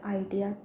idea